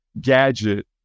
gadget